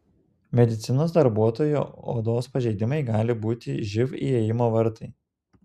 medicinos darbuotojo odos pažeidimai gali būti živ įėjimo vartai